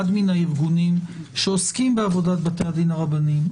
מהארגונים שעוסקים בעבודת בתי הדין הרבניים,